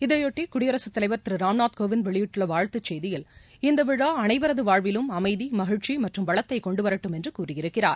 இதைபொட்டி குடியரசுத் தலைவர் திரு ராம்நாத் கோவிந்த் வெளியிட்டுள்ள வாழ்த்துச் செய்தியில் இந்த விழா அனைவரது வாழ்விலும் அமைதி மகிழ்ச்சி மற்றும் வளத்தை கொன்டுவரட்டும் என்று கூறியிருக்கிறார்